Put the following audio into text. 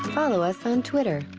follow us on twitter